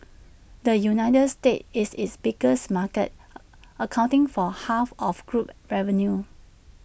the united states is its biggest market accounting for half of group revenue